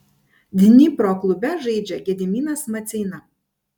dnipro klube žaidžia gediminas maceina